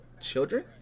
children